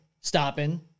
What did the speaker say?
stopping